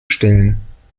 stellen